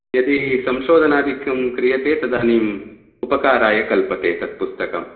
यदि संशोधनादिकं क्रियते तदानीम् उपकाराय कल्पते तत्पुस्तकम्